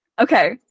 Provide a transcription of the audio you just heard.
Okay